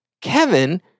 Kevin